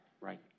Right